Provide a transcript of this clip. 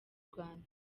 rwanda